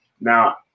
now